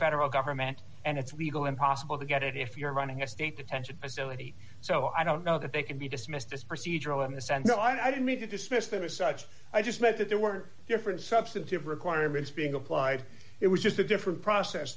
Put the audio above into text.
federal government and it's legal impossible to get it if you're running a state detention facility so i don't know that they can be dismissed this procedural on this and no i don't mean to dismiss them as such i just meant that there were different substantive requirements being applied it was just a different process